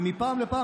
מפעם לפעם,